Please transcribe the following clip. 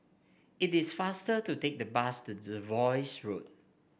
it is faster to take the bus to Jervois Road